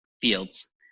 fields